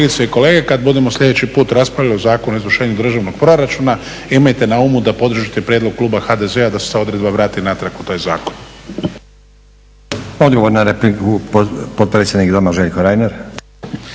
kolegice i kolege kad budemo sljedeći put raspravljali o Zakonu o izvršenju državnog proračuna imajte na umu da podržite prijedlog kluba HDZ-a da se ta odredba vrati natrag u taj zakon.